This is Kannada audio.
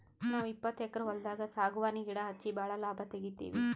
ನಾವ್ ಇಪ್ಪತ್ತು ಎಕ್ಕರ್ ಹೊಲ್ದಾಗ್ ಸಾಗವಾನಿ ಗಿಡಾ ಹಚ್ಚಿ ಭಾಳ್ ಲಾಭ ತೆಗಿತೀವಿ